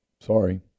Sorry